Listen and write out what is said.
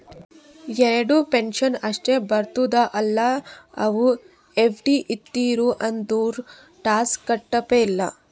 ಯಾರದು ಪೆನ್ಷನ್ ಅಷ್ಟೇ ಬರ್ತುದ ಅಲ್ಲಾ ಅವ್ರು ಎಫ್.ಡಿ ಇಟ್ಟಿರು ಅಂದುರ್ ಟ್ಯಾಕ್ಸ್ ಕಟ್ಟಪ್ಲೆ ಇಲ್ಲ